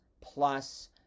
plus